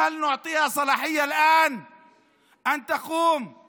האם אנחנו הולכים לתת לה אישור עכשיו שתבוא ותעשה